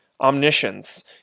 omniscience